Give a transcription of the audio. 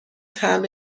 طعم